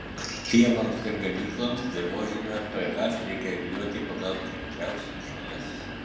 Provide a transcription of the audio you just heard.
pievoms ir ganykloms dirvožemio ph reikia reguliuoti pagal jautriausias žoles